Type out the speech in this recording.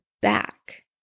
back